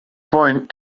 point